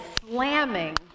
slamming